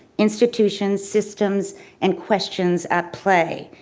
institutions, systems and questions at play.